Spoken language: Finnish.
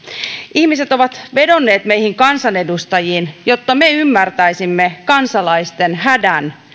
ihmiset ovat vedonneet meihin kansanedustajiin jotta me ymmärtäisimme kansalaisten hädän